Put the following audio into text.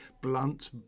blunt